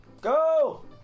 Go